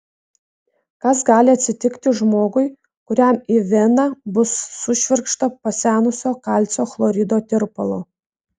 kas gali atsitikti žmogui kuriam į veną bus sušvirkšta pasenusio kalcio chlorido tirpalo